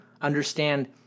understand